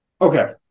Okay